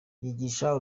yigisha